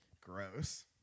Gross